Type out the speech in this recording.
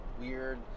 weird